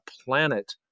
planet